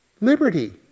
liberty